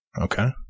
Okay